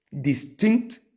distinct